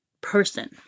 person